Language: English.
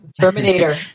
Terminator